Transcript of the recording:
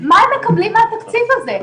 מה הם מקבלים מהתקציב הזה.